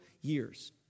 years